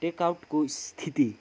टेकआउटको स्थिति